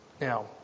Now